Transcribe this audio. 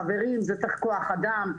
חברים, צריך לזה כוח אדם.